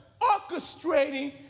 orchestrating